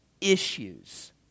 issues